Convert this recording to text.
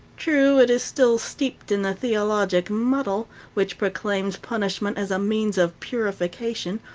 true, it is still steeped in the theologic muddle, which proclaims punishment as a means of purification,